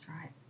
right